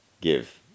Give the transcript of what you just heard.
Give